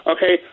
Okay